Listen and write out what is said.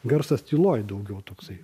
garsas tyloj daugiau toksai